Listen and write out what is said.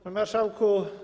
Panie Marszałku!